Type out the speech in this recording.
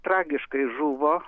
tragiškai žuvo